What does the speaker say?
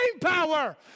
power